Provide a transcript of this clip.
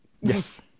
Yes